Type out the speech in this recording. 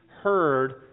heard